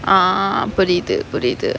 ah புரியிது புரியிது:puriyithu puriyithu